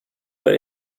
are